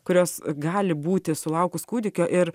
kurios gali būti sulaukus kūdikio ir